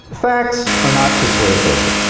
facts are not persuasive.